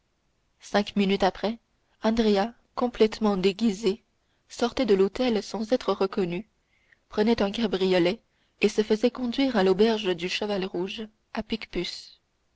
cinq minutes après andrea complètement déguisé sortait de l'hôtel sans être reconnu prenait un cabriolet et se faisait conduire à l'auberge du cheval rouge à picpus